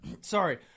Sorry